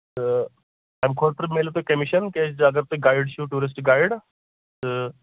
تہٕ اَمہِ خٲطرٕ مِلہِ تۄہہِ کٔمِشن کیازِ اَگر تُہۍ گایِڈ چھِو ٹیوٗرِسٹ گایِڈ تہٕ